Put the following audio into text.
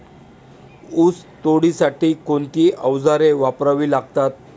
ऊस तोडणीसाठी कोणती अवजारे वापरावी लागतात?